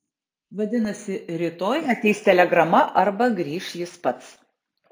vadinasi rytoj ateis telegrama arba grįš jis pats